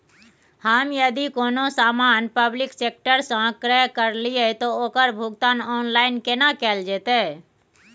हम यदि कोनो सामान पब्लिक सेक्टर सं क्रय करलिए त ओकर भुगतान ऑनलाइन केना कैल जेतै?